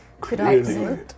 Clearly